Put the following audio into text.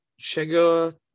Chega